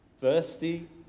thirsty